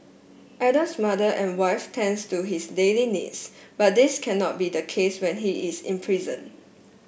Adam's mother and wife tends to his daily needs but this cannot be the case when he is imprisoned